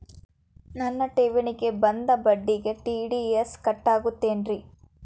ನನ್ನ ಠೇವಣಿಗೆ ಬಂದ ಬಡ್ಡಿಗೆ ಟಿ.ಡಿ.ಎಸ್ ಕಟ್ಟಾಗುತ್ತೇನ್ರೇ?